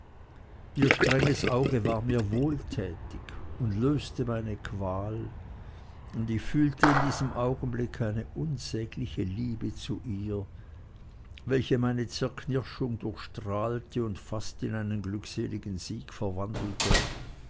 ihr strenges auge war mir wohltätig und löste meine qual und ich fühlte in diesem augenblicke eine unsägliche liebe zu ihr welche meine zerknirschung durchstrahlte und fast in einen glückseligen sieg verwandelte